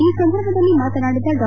ಈ ಸಂದರ್ಭದಲ್ಲಿ ಮಾತನಾಡಿದ ಡಾ